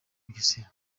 bugesera